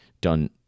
done